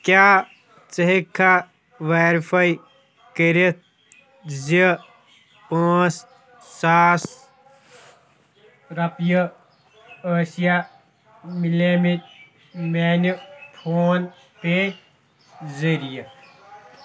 کیٛاہ ژٕ ہٮ۪کِکھا ویرِفاے کٔرِتھ زِ پانٛژھ ساس رۄپیہِ ٲسیٛا مِلے مٕتۍ میٛانہِ فون پےٚ ذٔریعہِ